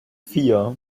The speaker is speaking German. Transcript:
vier